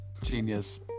Genius